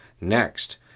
Next